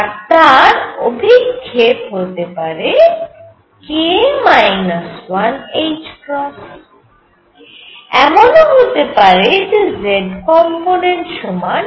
আর তার অভিক্ষেপ হতে পারে এমনও হতে পারে যে z কম্পোনেন্ট সমান